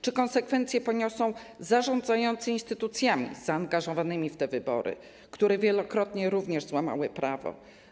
Czy konsekwencje poniosą zarządzający instytucjami zaangażowanymi w te wybory, które wielokrotnie również złamały prawo?